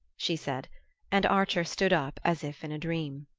she said and archer stood up as if in a dream.